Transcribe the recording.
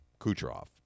Kucherov